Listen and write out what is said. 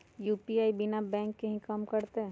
UPI बिना bank के भी कम करतै?